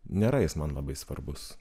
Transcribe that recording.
nėra jis man labai svarbus